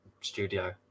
studio